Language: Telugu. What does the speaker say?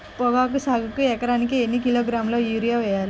పొగాకు సాగుకు ఎకరానికి ఎన్ని కిలోగ్రాముల యూరియా వేయాలి?